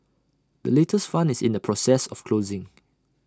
the latest fund is in the process of closing